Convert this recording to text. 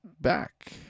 back